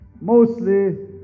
mostly